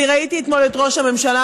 אני ראיתי אתמול את ראש הממשלה,